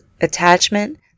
attachment